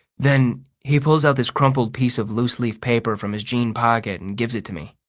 then he pulls out this crumpled piece of loose-leaf paper from his jean pocket and gives it to me.